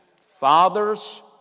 Fathers